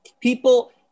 people